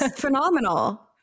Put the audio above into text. phenomenal